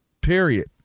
period